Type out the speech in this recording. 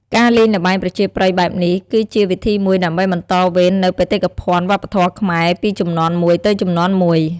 ការលេងល្បែងប្រជាប្រិយបែបនេះ គឺជាវិធីមួយដើម្បីបន្តវេននូវបេតិកភណ្ឌវប្បធម៌ខ្មែរពីជំនាន់មួយទៅជំនាន់មួយ។